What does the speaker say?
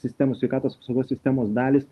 sistemų sveikatos apsaugos sistemos dalys